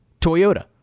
Toyota